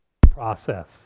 Process